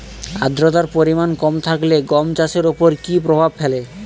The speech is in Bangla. আদ্রতার পরিমাণ কম থাকলে গম চাষের ওপর কী প্রভাব ফেলে?